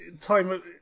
time